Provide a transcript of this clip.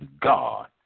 God